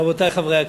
רבותי חברי הכנסת,